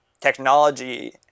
technology